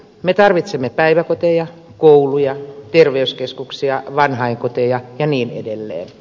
me tarvitsemme päiväkoteja kouluja terveyskeskuksia vanhainkoteja ja niin edelleen